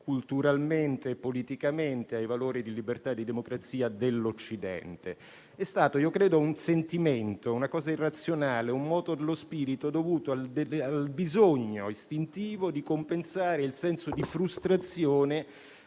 culturalmente e politicamente ai valori di libertà e di democrazia dell'Occidente. Credo sia stato un sentimento, una cosa irrazionale, un moto dello spirito dovuto al bisogno istintivo di compensare il senso di frustrazione